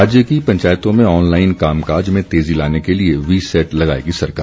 राज्य की पंचायतों में ऑनलाइन कामकाज में तेजी लाने के लिए वीसैट लगाएगी सरकार